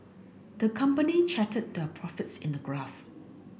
the company charted their profits in a graph